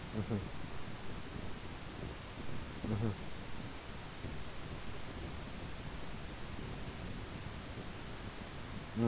mmhmm mmhmm mm